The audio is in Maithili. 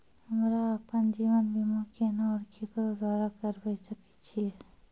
हमरा आपन जीवन बीमा केना और केकरो द्वारा करबै सकै छिये?